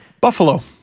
Buffalo